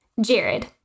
Jared